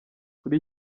kuri